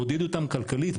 מעודד אותם כלכלית,